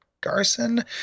garson